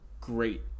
great